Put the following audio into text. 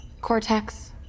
Cortex